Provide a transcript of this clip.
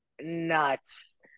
nuts